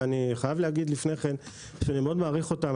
ואני חייב להגיד לפני כן שאני מעריך אותם מאוד,